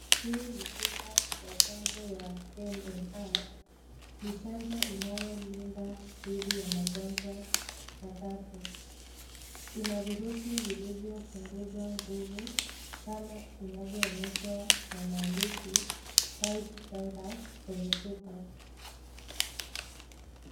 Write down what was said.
Hii ni chupa ya chanjo ya MMR . Ni chanjo inayolinda dhidi ya magonjwa matatu. Ina virusi vilivyopunguzwa nguvu kama inavyoonyeshwa na maandishi live virus kwenye chupa.